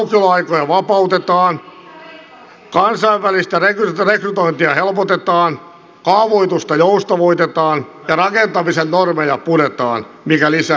kauppojen aukioloaikoja vapautetaan kansainvälistä rekrytointia helpotetaan kaavoitusta joustavoitetaan ja unohdusta nousta muidenkaan tällä kertaa rakentamisen normeja puretaan mikä lisää asuntotuotantoa